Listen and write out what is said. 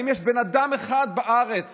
האם יש בן אדם אחד בארץ